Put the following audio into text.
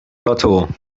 lotto